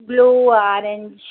blue orange